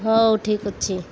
ହଉ ଠିକ୍ ଅଛି